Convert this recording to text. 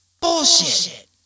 bullshit